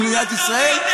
למדנו מהטוב ביותר,